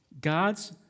God's